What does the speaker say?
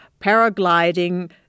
paragliding